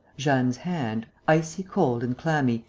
jeanne's hand, icy-cold and clammy,